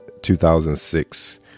2006